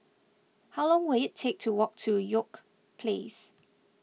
how long will it take to walk to York Place